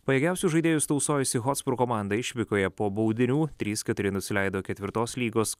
pajėgiausius žaidėjus tausojusi hotspur komanda išvykoje po baudinių trys keturi nusileido ketvirtos lygos